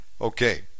Okay